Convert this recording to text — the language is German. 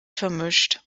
vermischt